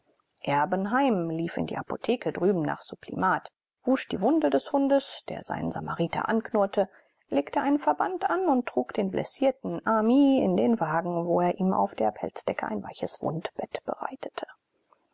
erbenheim lief in die apotheke drüben nach sublimat wusch die wunde des hundes der seinen samariter anknurrte legte einen verband an und trug den blessierten ami in den wagen wo er ihm auf der pelzdecke ein weiches wundbett bereitete